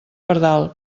pardal